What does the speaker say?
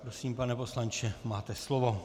Prosím, pane poslanče, máte slovo.